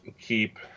keep